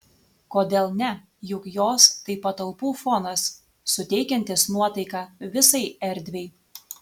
kodėl ne juk jos tai patalpų fonas suteikiantis nuotaiką visai erdvei